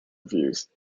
reviews